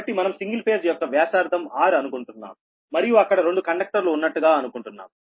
కాబట్టి మనం single phase యొక్క వ్యాసార్థం r అనుకుంటున్నాం మరియు అక్కడ రెండు కండక్టర్లు ఉన్నట్టుగా అనుకుంటున్నాం